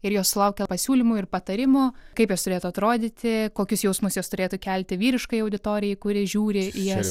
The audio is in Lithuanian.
ir jos sulaukia pasiūlymų ir patarimų kaip jos turėtų atrodyti kokius jausmus jos turėtų kelti vyriškai auditorijai kuri žiūri jas